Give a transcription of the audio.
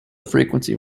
frequency